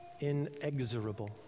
inexorable